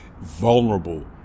vulnerable